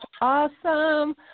Awesome